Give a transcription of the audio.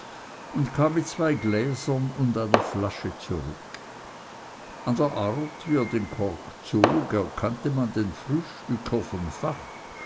und kam mit zwei gläsern und einer flasche zurück an der art wie er den kork zog erkannte man den frühstücker von fach